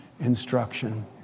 instruction